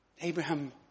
Abraham